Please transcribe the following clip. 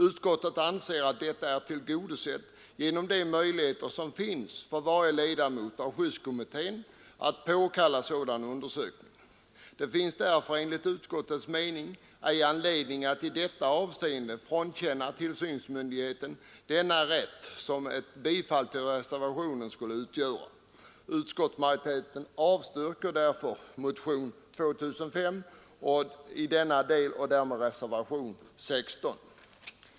Utskottet anser att detta är tillgodosett genom de möjligheter som finns för varje ledamot av skyddskommitté att påkalla sådan undersökning. Det finns därför enligt utskottets mening ingen anledning att i detta avseende frånkänna tillsynsmyndigheten denna rätt, vilket ett bifall till reservationen skulle innebära. Utskottsmajoriteten avstyrker därför motionen 2005 i denna del och därmed reservationen 16.